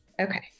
Okay